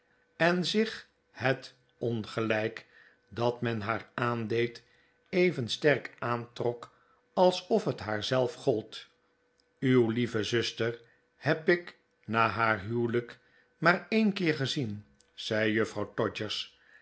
en zich het ongelijk dat men haar aandeed even sterk aantrok alsof het haar zelf gold uw lieve zuster heb ik na haar huwelijk maar een keer gezien zei juffrouw